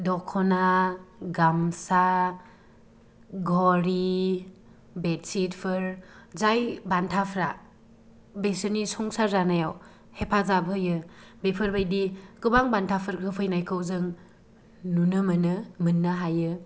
दखना गामसा घड़ि बेडसिटफोर जाय बान्थाफोरा बिसोरनि संसार जानायाव हेफाजाब होयो बेफोर बायदि गोबां बान्थाफोर होफैनायखौ जों नुनो मोनो मोननो हायो